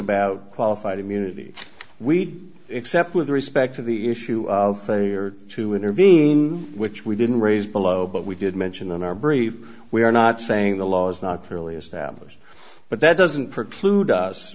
about qualified immunity we except with respect to the issue of say or to intervene which we didn't raise below but we did mention in our brief we are not saying the law is not clearly established but that doesn't preclude us